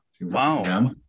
Wow